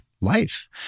life